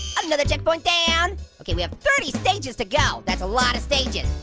um another checkpoint down. okay, we have thirty stages to go, that's a lot of stages.